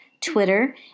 Twitter